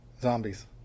zombies